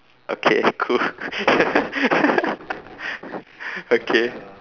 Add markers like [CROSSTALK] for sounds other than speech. okay cool [LAUGHS] okay